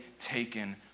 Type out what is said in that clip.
taken